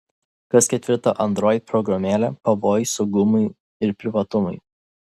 kas ketvirta android programėlė pavojus saugumui ir privatumui